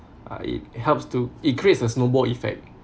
uh it helps to it creates a snowball effect